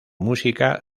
música